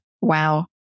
wow